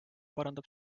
parandab